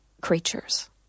creatures